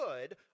good